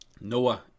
noah